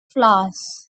flowers